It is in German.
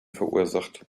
verursacht